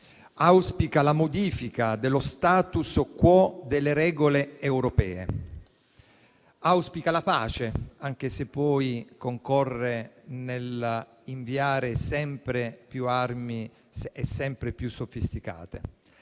auspica la modifica dello *status quo* delle regole europee; auspica la pace (anche se poi concorre nell'inviare sempre più armi e sempre più sofisticate);